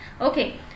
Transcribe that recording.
Okay